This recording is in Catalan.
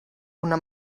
una